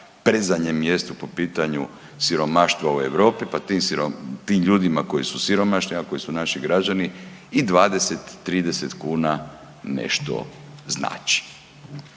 predzadnjem mjestu po pitanju siromaštva u Europi pa tim ljudima koji su siromašni, a koji su naši građani i 20, 30 kuna nešto znači.